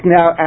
now